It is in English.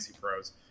pros